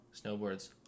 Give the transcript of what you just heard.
snowboards